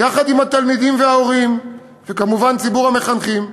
יחד עם התלמידים וההורים, וכמובן ציבור המחנכים,